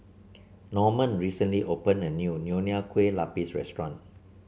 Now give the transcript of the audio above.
Norman recently opened a new Nonya Kueh Lapis Restaurant